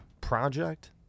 project